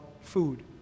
food